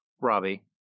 robbie